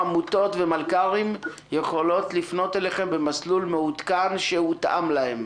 עמותות ומלכ"רים יכולים לפנות במסלול מעודכן שמותאם להם?